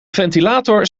ventilator